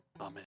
amen